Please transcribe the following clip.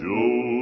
Joe